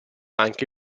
anche